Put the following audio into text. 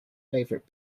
favourite